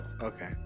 Okay